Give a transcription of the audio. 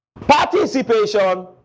participation